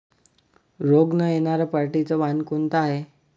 रोग न येनार पराटीचं वान कोनतं हाये?